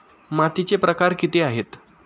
मातीचे प्रकार किती आहेत?